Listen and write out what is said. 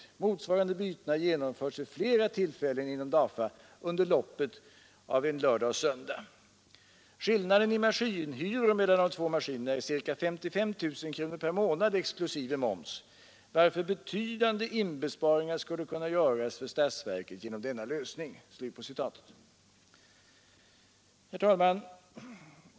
Motsvarande byten har genomförts vid flera tillfällen inom Dafa under loppet av en lördag söndag. Skillnaden i maskinhyror mellan 370 145 är cirka 55 tkr per månad exklusive moms, varför betydande inbesparingar skulle kunna göras för statsverket genom denna lösning.” Herr talman!